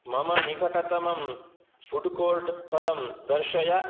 मम निकटतमं फ़ुड्कोर्ट्स्थलं दर्शय